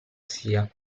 sia